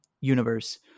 universe